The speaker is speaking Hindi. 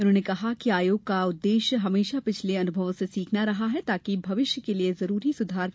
उन्होंने कहा कि आयोग का उद्देश्य हमेशा पिछले अनुभवों से सीखना रहा है ताकि भविष्य के लिए जरूरी सुधार किये जा सकें